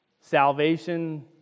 salvation